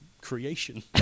creation